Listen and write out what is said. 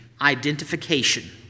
identification